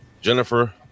jennifer